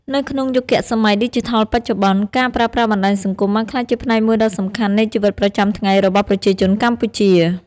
នៅក្នុងយុគសម័យឌីជីថលបច្ចុប្បន្ន ការប្រើប្រាស់បណ្ដាញសង្គមបានក្លាយជាផ្នែកមួយដ៏សំខាន់នៃជីវិតប្រចាំថ្ងៃរបស់ប្រជាជនកម្ពុជា។